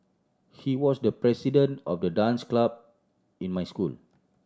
he was the president of the dance club in my school